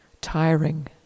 Tiring